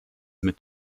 mit